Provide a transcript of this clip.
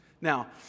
Now